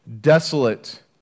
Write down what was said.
desolate